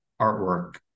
artwork